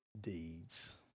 deeds